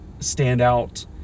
standout